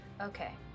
Okay